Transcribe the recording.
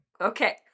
okay